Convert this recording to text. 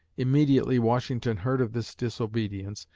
immediately washington heard of this disobedience,